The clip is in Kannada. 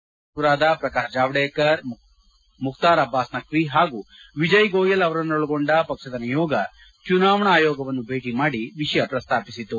ಕೇಂದ್ರ ಸಚಿವರಾದ ಪ್ರಕಾಶ್ ಜಾವ್ನೇಕರ್ ಮುಖ್ತಾರ್ ಅಬ್ಬಾಸ್ ನಖ್ವಿ ಹಾಗೂ ವಿಜಯ್ ಗೋಯಲ್ ಅವರನ್ನೊಳಗೊಂಡ ಪಕ್ಷದ ನಿಯೋಗ ಚುನಾವಣಾ ಆಯೋಗವನ್ನು ಭೇಟಿ ಮಾಡಿ ವಿಷಯ ಪ್ರಸ್ತಾಪಿಸಿತು